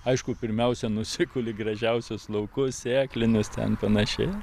aišku pirmiausia nusikuli gražiausius laukus sėklinius ten panašiai